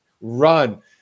Run